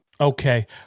Okay